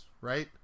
Right